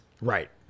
Right